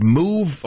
move